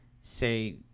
say